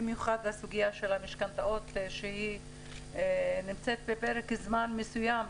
במיוחד הסוגיה של המשכנתאות שהיא נמצאת בפרק זמן מסוים.